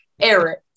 Eric